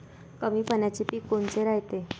कमी पाण्याचे पीक कोनचे रायते?